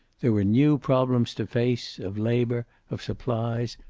there were new problems to face, of labor, of supplies,